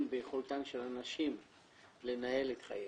ביכולתן של הנשים לנהל את חייהן,